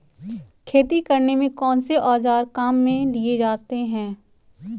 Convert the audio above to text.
खेती करने में कौनसे औज़ार काम में लिए जाते हैं?